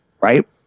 right